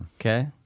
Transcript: Okay